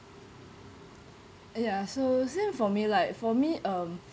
ya so same for me like for me um